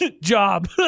Job